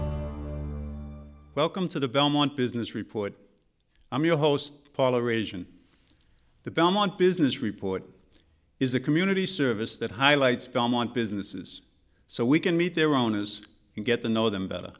welcome to the belmont business report i'm your host toleration the belmont business report is a community service that highlights film on businesses so we can meet their own as you get to know them better